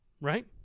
Right